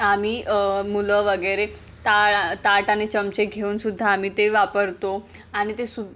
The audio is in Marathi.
आम्ही मुलं वगैरे टाळ ताट आणि चमचे घेऊन सुद्धा आम्ही ते वापरतो आणि ते सुद्